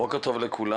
בוקר טוב לכולם.